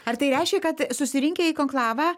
ar tai reiškia kad susirinkę į konklavą